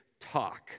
talk